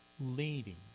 leading